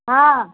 हँ